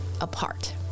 apart